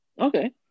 Okay